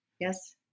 Yes